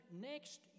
next